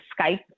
Skype